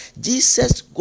Jesus